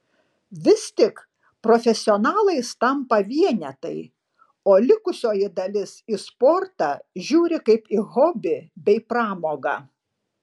vis tik profesionalais tampa vienetai o likusioji dalis į sportą žiūri kaip į hobį bei pramogą